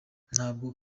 ntabwo